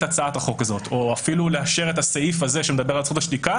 הצעת החוק הזאת או אפילו לאשר את הסעיף הזה שמדבר על זכות השתיקה